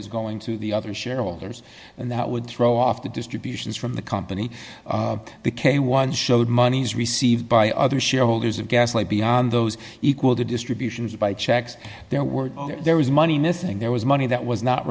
as going to the other shareholders and that would throw off the distributions from the company the k one showed monies received by other shareholders of gaslight beyond those equal to distributions by checks there were there was money missing there was money that was not